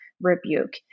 rebuke